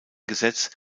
gesetz